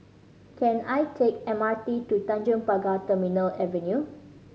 can I take M R T to Tanjong Pagar Terminal Avenue